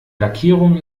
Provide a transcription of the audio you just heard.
lackierung